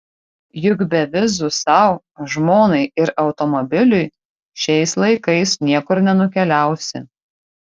juk be vizų sau žmonai ir automobiliui šiais laikais niekur nenukeliausi